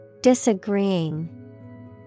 Disagreeing